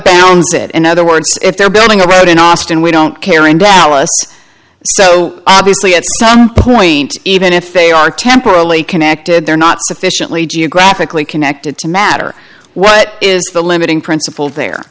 is it in other words if they're building a road in austin we don't care in dallas so obviously at some point even if they are temporarily connected they're not sufficiently geographically connected to matter what is the limiting principle there